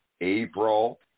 April